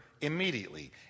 Immediately